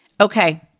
Okay